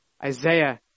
Isaiah